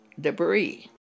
debris